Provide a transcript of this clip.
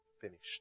finished